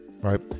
right